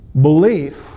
belief